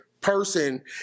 person